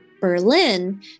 Berlin